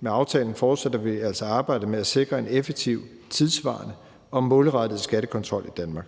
Med aftalen fortsætter vi altså arbejdet med at sikre en effektiv, tidssvarende og målrettet skattekontrol i Danmark.